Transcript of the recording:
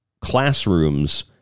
classrooms